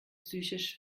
psychisch